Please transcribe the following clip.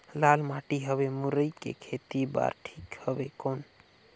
लाल माटी हवे मुरई के खेती बार ठीक हवे कौन?